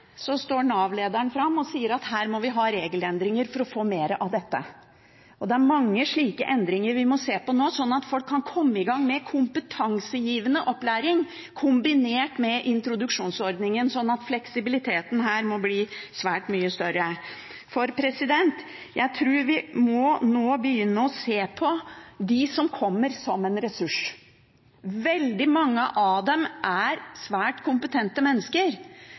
så står Nav-lederen fram og sier at her må vi ha regelendringer for å få mer av dette. Det er mange slike endringer vi må se på nå, sånn at folk kan komme i gang med kompetansegivende opplæring kombinert med introduksjonsordningen. Fleksibiliteten her må bli svært mye større. Jeg tror vi må begynne å se på dem som kommer, som en ressurs. Veldig mange av dem er svært kompetente mennesker,